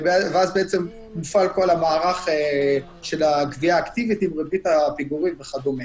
ואז מופעל כל המערך של הגבייה האקטיבית עם ריבית הפיגורים וכדומה.